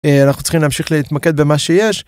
אנחנו צריכים להמשיך להתמקד במה שיש.